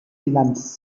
bilanz